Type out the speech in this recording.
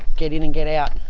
get in and get out,